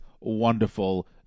wonderful